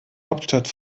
hauptstadt